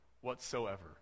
whatsoever